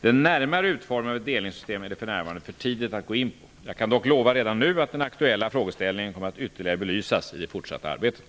Den närmare utformningen av ett delningssystem är det för närvarande för tidigt att gå in på. Jag kan dock lova redan nu att den aktuella frågeställningen kommer att ytterligare belysas i det fortsatta arbetet.